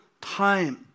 time